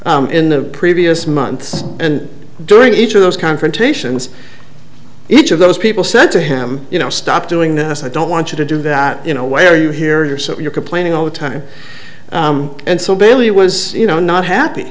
in the previous months and during each of those confrontations each of those people said to him you know stop doing this i don't want you to do that you know where you hear yourself you're complaining all the time and so bailey was you know not happy